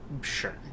Sure